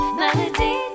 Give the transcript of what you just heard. melody